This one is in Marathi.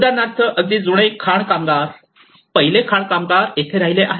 उदाहरणार्थ अगदी जुने खाण कामगार पहिले खाण कामगार येथे राहिले आहेत